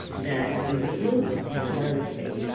that he was moving to another state.